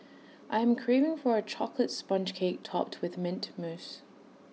I am craving for A Chocolate Sponge Cake Topped with Mint Mousse